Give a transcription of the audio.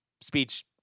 speech